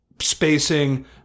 spacing